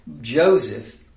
Joseph